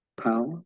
power